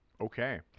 Okay